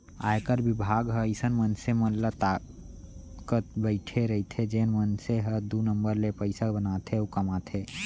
आयकर बिभाग ह अइसन मनसे मन ल ताकत बइठे रइथे जेन मन ह दू नंबर ले पइसा बनाथे अउ कमाथे